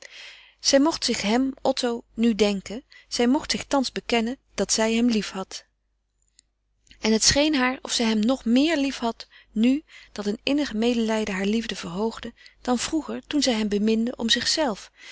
zij mocht zich hem otto nu denken zij mocht zich thans bekennen dat zij hem liefhad en het scheen haar of zij hem nog meer liefhad nu dat een innig medelijden hare liefde verhoogde dan vroeger toen zij hem beminde om zichzelve